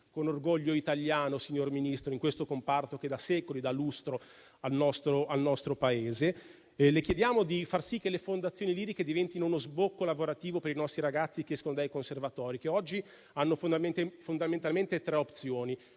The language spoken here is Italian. con orgoglio italiano, signor Ministro, in questo comparto, che da secoli dà lustro al nostro Paese. Le chiediamo di far sì che le fondazioni lirico-sinfoniche diventino uno sbocco lavorativo per i ragazzi che escono dai conservatori e che oggi hanno fondamentalmente tre opzioni: